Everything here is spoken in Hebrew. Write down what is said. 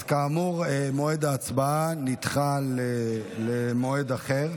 אז כאמור, ההצבעה נדחתה למועד אחר.